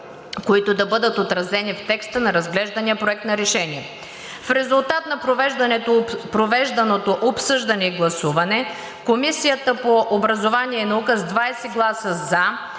които да бъдат отразени в текста на разглеждания проект на решение. В резултат на проведеното обсъждане и гласуване Комисията по образованието и науката с 20 гласа „за“,